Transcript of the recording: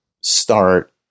start